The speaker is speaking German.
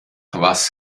was